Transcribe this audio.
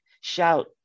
shout